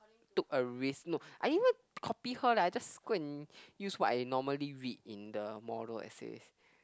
took a risk no I didn't even copy her leh I just go and use what I normally read in the model essays